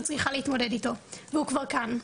צריכה להתמודד איתו והוא כבר כאן,